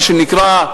מה שנקרא,